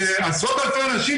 זה עשרות אלפי אנשים,